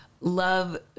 love